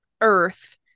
Earth